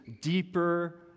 deeper